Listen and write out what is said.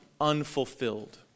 unfulfilled